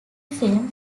film